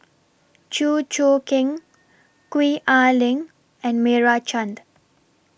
Chew Choo Keng Gwee Ah Leng and Meira Chand